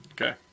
Okay